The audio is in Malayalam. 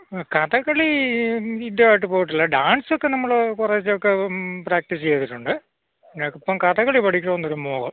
അ കഥകളി ഇതു ആയിട്ട് പോയിട്ടില്ല ഡാൻസൊക്കെ നമ്മൾ കുറേശ്ശെയൊക്കെ പ്രാക്റ്റീസ് ചെയ്തിട്ടുണ്ട് ഇപ്പം കഥകളി പഠിക്കണമെന്നൊരു മോഹം